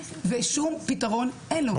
ושום פתרון אין לו.